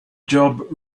job